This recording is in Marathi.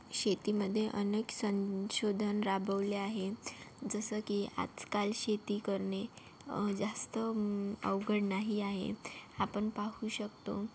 शेतीमधे अनेक संशोधन राबवले आहे जसं की आजकाल शेती करणे जास्त अवघड नाही आहे आपण पाहू शकतो